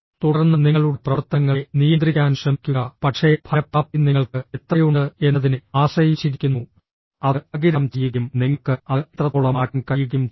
തുടർന്ന് നിങ്ങളുടെ പ്രവർത്തനങ്ങളെ നിയന്ത്രിക്കാൻ ശ്രമിക്കുക പക്ഷേ ഫലപ്രാപ്തി നിങ്ങൾക്ക് എത്രയുണ്ട് എന്നതിനെ ആശ്രയിച്ചിരിക്കുന്നു അത് ആഗിരണം ചെയ്യുകയും നിങ്ങൾക്ക് അത് എത്രത്തോളം മാറ്റാൻ കഴിയുകയും ചെയ്യുന്നു